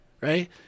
right